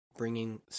bringing